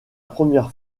première